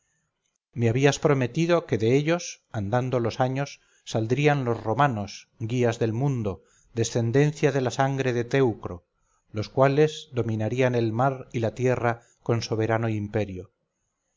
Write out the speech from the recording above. me habías prometido que de ellos andando los años saldrían los romanos guías del mundo descendencia de la sangre de teucro los cuales dominarían el mar y la tierra con soberano imperio